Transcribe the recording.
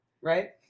right